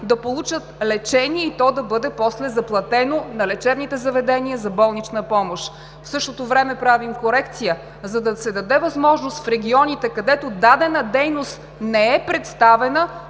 да получат лечение и после то да бъде заплатено на лечебните заведения за болнична помощ. В същото време правим корекция, за да се даде възможност в регионите, където дадена дейност не е представена,